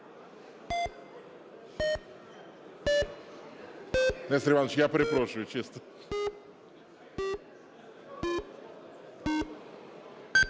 Дякую,